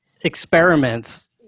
experiments